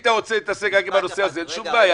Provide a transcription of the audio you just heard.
אם אתה רוצה להתעסק רק בנושא הזה אין שום בעיה.